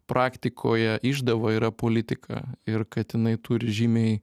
praktikoje išdava yra politika ir kad inai turi žymiai